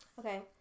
Okay